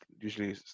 usually